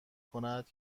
کند